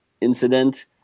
incident